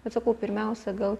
bet sakau pirmiausia gal